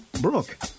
Brooke